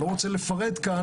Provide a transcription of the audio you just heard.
אני לא רוצה לפרט כאן,